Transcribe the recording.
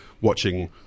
watching